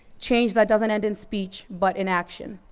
change that doesn't end in speech, but in action.